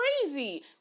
crazy